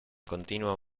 continuo